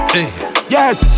Yes